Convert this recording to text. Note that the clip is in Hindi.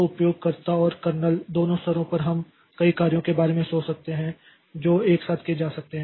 अब तो उपयोगकर्ता और कर्नेल दोनों स्तरों पर हम कई कार्यों के बारे में सोच सकते हैं जो एक साथ किए जा सकते हैं